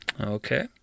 Okay